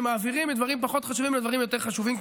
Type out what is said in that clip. ומעבירים מדברים פחות חשובים לדברים יותר חשובים,